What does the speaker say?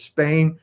Spain